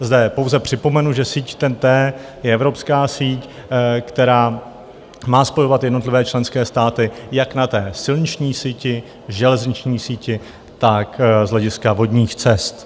Zde pouze připomenu, že síť TENT je evropská síť, která má spojovat jednotlivé členské státy jak na silniční síti, železniční síti, tak z hlediska vodních cest.